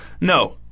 No